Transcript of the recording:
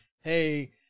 hey